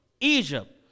Egypt